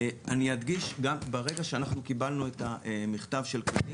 ברגע שאנחנו קיבלנו את המכתב של כללית,